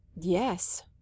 Yes